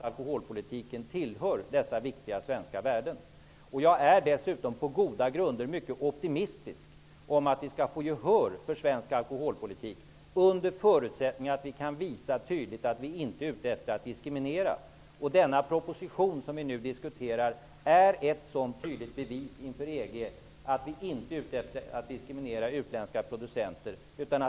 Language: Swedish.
Alkoholpolitiken tillhör dessa viktiga svenska värden. Jag är dessutom på goda grunder mycket optimistisk om att vi skall få gehör för svensk alkoholpolitik, under förutsättning att vi tydligt kan visa att vi inte är ute efter att diskriminera. Den proposition som vi nu diskuterar är ett tydligt bevis, inför EG, för att vi inte är ute efter att diskriminera utländska producenter.